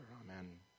Amen